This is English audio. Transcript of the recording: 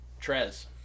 Trez